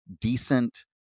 Decent